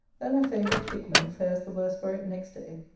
then her favourite hickman fares the worse for it next day.